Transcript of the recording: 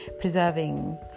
preserving